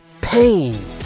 pain